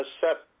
set